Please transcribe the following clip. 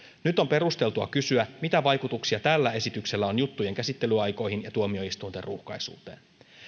nyt on perusteltua kysyä mitä vaikutuksia tällä esityksellä on juttujen käsittelyaikoihin ja tuomioistuinten ruuhkaisuuteen